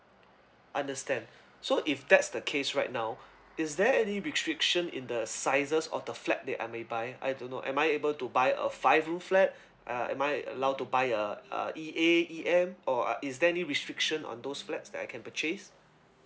understand so if that's the case right now is there any restriction in the sizes of the flat that I may buy I don't know am I able to buy a five room flat uh am I allowed to buy a a E_A E_M or is there any restriction on those flats I can purchase